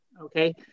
okay